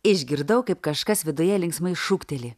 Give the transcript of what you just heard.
išgirdau kaip kažkas viduje linksmai šūkteli